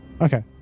Okay